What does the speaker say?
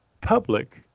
public